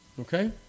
Okay